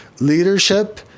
leadership